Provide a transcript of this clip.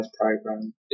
program